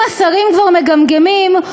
אם השרים כבר מגמגמים,